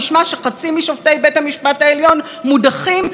כי בהצעת חוק דמוקרטית הוחלט שרק מי